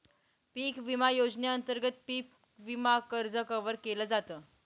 पिक विमा योजनेअंतर्गत पिक विमा कर्ज कव्हर केल जात